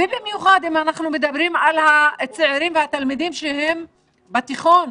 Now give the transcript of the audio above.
במיוחד אם אנחנו מדברים על הצעירים והתלמידים שהם בתיכון,